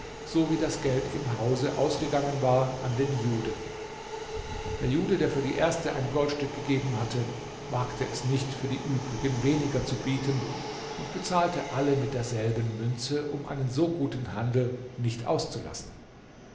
so wie das geld im hause ausgegangen war an den juden der jude der für die erste ein goldstück gegeben hatte wagte es nicht für die übrigen weniger zu bieten und bezahlte alle mit derselben münze um einen so guten handel nicht auszulassen